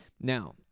Now